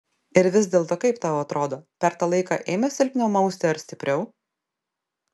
ir vis dėlto kaip tau atrodo per tą laiką ėmė silpniau mausti ar stipriau